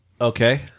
Okay